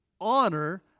honor